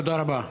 תודה רבה.